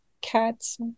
cats